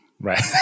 Right